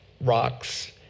rocks